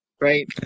Right